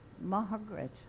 Margaret